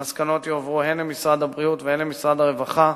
המסקנות יועברו הן למשרד הבריאות והן למשרד הרווחה,